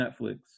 Netflix